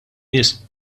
nies